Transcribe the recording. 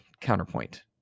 counterpoint